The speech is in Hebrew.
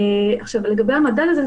לגבי המדד הזה,